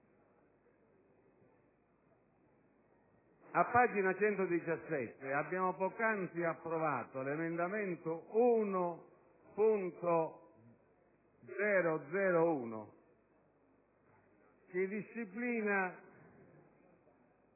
A pagina 117 abbiamo poc'anzi approvato l'emendamento 1.1001, che disciplina